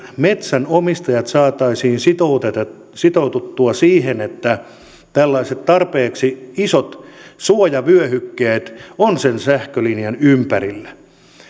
metsänomistajat saataisiin sitoutettua sitoutettua siihen että tällaiset tarpeeksi isot suojavyöhykkeet on sen sähkölinjan ympärillä